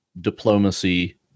diplomacy